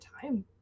time